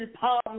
Palm